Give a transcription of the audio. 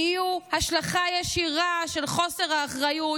כל אלו הם השלכה ישירה של חוסר האחריות